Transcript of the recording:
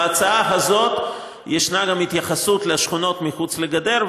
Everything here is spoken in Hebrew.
בהצעה הזאת ישנה גם התייחסות לשכונות מחוץ לגדר,